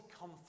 come